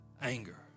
Anger